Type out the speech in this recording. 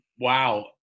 Wow